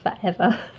forever